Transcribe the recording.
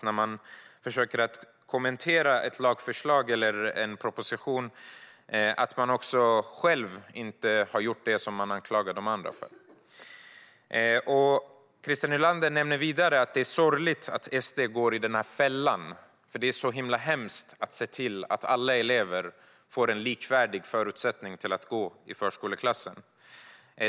När man kommenterar ett lagförslag eller en proposition bör man inte själv ha gjort det som man anklagar de andra för. Vidare nämner Christer Nylander att det är sorgligt att SD går i fällan för det är hemskt att se till att alla elever får likvärdiga förutsättningar genom att gå i förskoleklass.